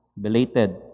belated